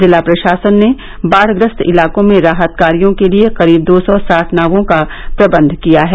जिला प्रशासन ने बाढ़ग्रस्त इलाकों में राहत कार्यो के लिए करीब दो सौ साठ नावों का प्रबन्ध किया है